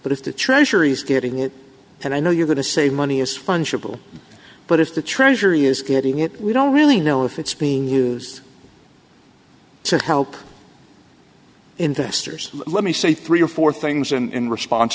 but if the treasury is getting it and i know you're going to save money is fungible but if the treasury is getting it we don't really know if it's being used so how in this years let me say three or four things in response